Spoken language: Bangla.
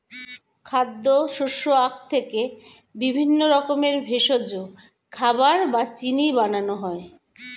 খাদ্য, শস্য, আখ থেকে বিভিন্ন রকমের ভেষজ, খাবার বা চিনি বানানো হয়